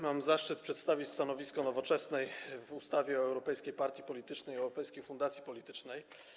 Mam zaszczyt przedstawić stanowisko Nowoczesnej w sprawie projektu ustawy o europejskiej partii politycznej i europejskiej fundacji politycznej.